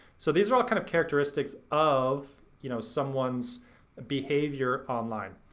so these are all kind of characteristics of you know someone's behavior online.